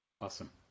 Awesome